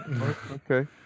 Okay